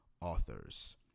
authors